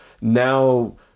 now